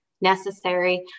necessary